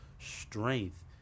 strength